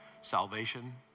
Salvation